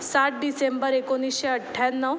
सात डिसेंबर एकोणीसशे अठ्ठ्याण्णव